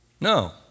No